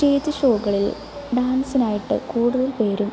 stage ഷോകളില് ഡാന്സിനായിട്ട് കൂടുതല് പേരും